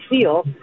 feel